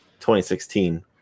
2016